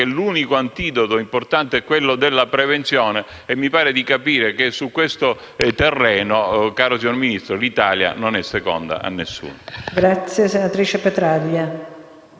l'unico antidoto importante sia la prevenzione e mi pare di capire che su questo terreno, caro signor Ministro, l'Italia non sia seconda a nessuno.